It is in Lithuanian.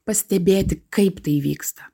pastebėti kaip tai vyksta